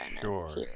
sure